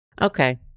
Okay